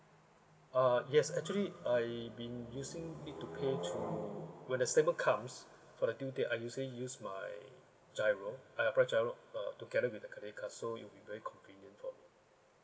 ah yes actually I been using it to pay through when the statement comes for the due date I usually use my GIRO I apply GIRO uh together with the credit card so it'll be very convenient for me